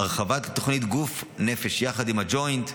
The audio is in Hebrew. הרחבת התוכנית גוף-נפש יחד עם הג'וינט,